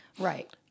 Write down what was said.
Right